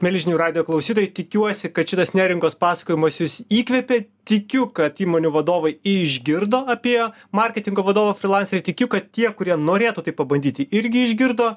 mieli žinių radijo klausytojai tikiuosi kad šitas neringos pasakojimas jus įkvėpė tikiu kad įmonių vadovai išgirdo apie marketingo vadovo frilanserį ir tikiu kad tie kurie norėtų tai pabandyti irgi išgirdo